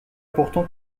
pourtant